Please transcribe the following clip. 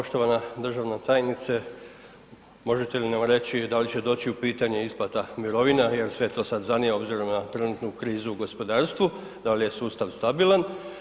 Poštovana državna tajnice, možete li nam reći da li će doći u pitanje isplata mirovina jer sve to sad zanima obzirom na trenutnu krizu u gospodarstvu, da li sustav stabilan.